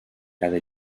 cada